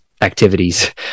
activities